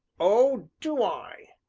oh do i?